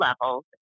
levels